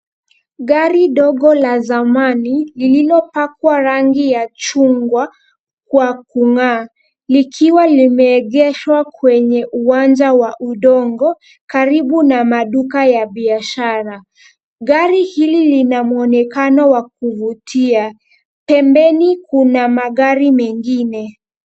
Gari ndogo la zamani, lililopakwa rangi ya chungwa kwa kung'aa, likiwa limeegeshwa kwenye uwanja wa udongo karibu na maduka ya biashara. Gari hili lina mwonekano wa kuvutia. Pembeni, kuna magari mengine.